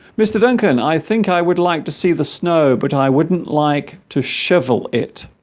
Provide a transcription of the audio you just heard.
mr. duncan i think i would like to see the snow but i wouldn't like to shovel it